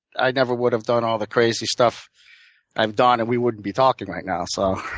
i never would have done all the crazy stuff i've done, and we wouldn't be talking right now. so